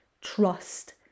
trust